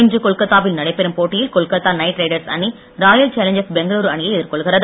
இன்று கொல்கத்தாவில் நடைபெறும் போட்டியில் கொல்கத்தா நைட் டிரேடர்ஸ் அணி ராயல் சேலஞ்ஜர்ஸ் பெங்களூரு அணியை எதிர்கொள்கிறது